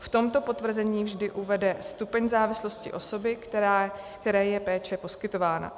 V tomto potvrzení vždy uvede stupeň závislosti osoby, které je péče poskytována.